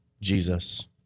Jesus